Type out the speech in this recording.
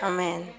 Amen